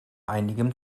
einigem